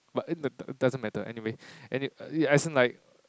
but it doesn't matter anyway any~ as in like